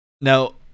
Now